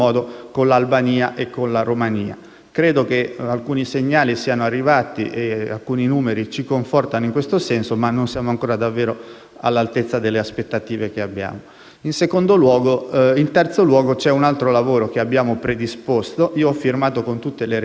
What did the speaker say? Credo che alcuni segnali siano arrivati e alcuni numeri ci confortano in questo senso, ma non siamo ancora davvero all'altezza delle aspettative che abbiamo. In terzo luogo c'è un altro lavoro che abbiamo predisposto: ho firmato con quasi tutte le Regioni italiane